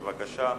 בבקשה.